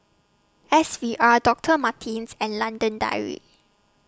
S V R Doctor Martens and London Dairy